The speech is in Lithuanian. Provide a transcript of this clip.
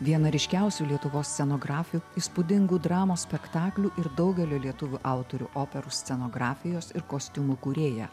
viena ryškiausių lietuvos scenografių įspūdingų dramos spektaklių ir daugelio lietuvių autorių operų scenografijos ir kostiumų kūrėja